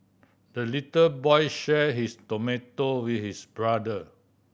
the little boy shared his tomato with his brother